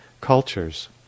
cultures